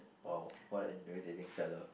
!wow! what an injury dating fellow